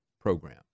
program